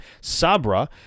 Sabra